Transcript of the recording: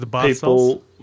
people